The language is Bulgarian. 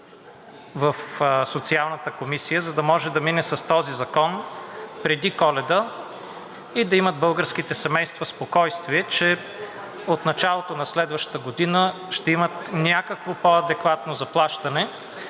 в Социалната комисия, за да може да мине с този закон преди Коледа и да имат българските семейства спокойствие, че от началото на следващата година ще имат някакво по-адекватно заплащане